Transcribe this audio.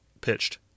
pitched